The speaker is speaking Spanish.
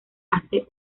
hace